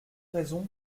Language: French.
raisons